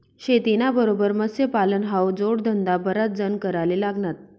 शेतीना बरोबर मत्स्यपालन हावू जोडधंदा बराच जण कराले लागनात